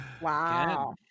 wow